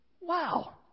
wow